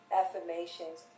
affirmations